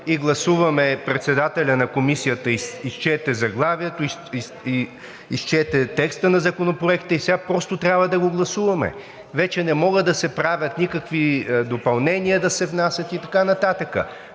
и гласуваме. Председателят на Комисията изчете заглавието, изчете текста на Законопроекта и сега просто трябва да го гласуваме. Вече не могат да се правят никакви допълнения, да се внасят и така нататък.